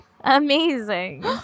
Amazing